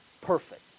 perfect